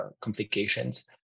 complications